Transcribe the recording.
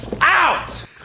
out